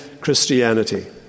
Christianity